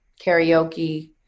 karaoke